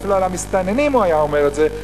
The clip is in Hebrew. אפילו על המסתננים אם היה אומר את זה,